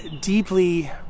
deeply